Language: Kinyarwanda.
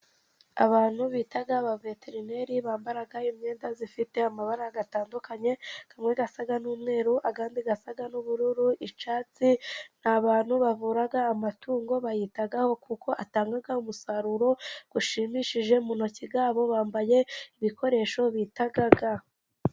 Abantu bita ba veterineri bambara imyenda ifite amabara atandukanye, amwe asa n'umweru, andi asa n'ubururu, icyatsi. Ni abantu bavura amatungo, bayitayeho kuko atanga umusaruro ushimishije. Mu ntoki zabo, bambaye ibikoresho bita ga.